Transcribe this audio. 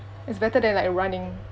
it's better than like running